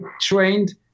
trained